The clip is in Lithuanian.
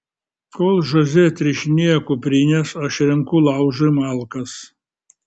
kol žoze atrišinėja kuprines aš renku laužui malkas